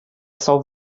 solved